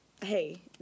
hey